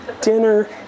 dinner